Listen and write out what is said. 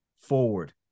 forward